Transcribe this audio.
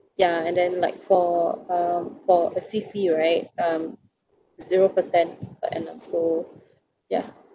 ya and then like for um for uh C C right um zero percent per annum so ya